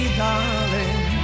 darling